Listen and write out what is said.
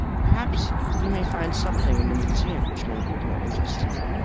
perhaps we may find something in the museum which may be of more interest to you.